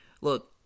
look